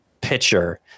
pitcher